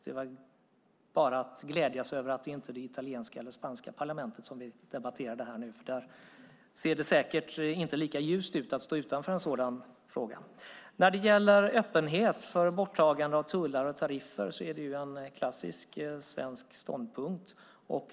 Det är bara att glädjas över att det inte är i det italienska eller spanska parlamentet som vi debatterar det här, för där ser det säkert inte lika ljust ut att stå utanför en sådan fråga. Öppenhet för borttagande av tullar och tariffer är ju en klassisk svensk ståndpunkt.